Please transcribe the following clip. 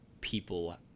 people